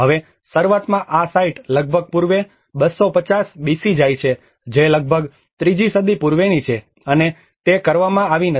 હવે શરૂઆતમાં આ સાઇટ્સ લગભગ પૂર્વે 250 BC જાય છે જે લગભગ 3 જી સદી પૂર્વેની છે અને તે કરવામાં આવી નથી